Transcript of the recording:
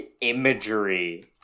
imagery